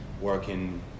working